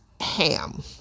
ham